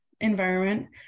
environment